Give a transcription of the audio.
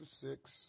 six